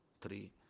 three